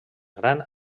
gran